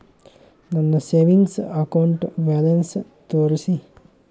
ನನ್ನ savings account balance ತೋರಿಸಿ?